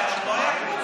זאב,